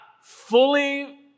fully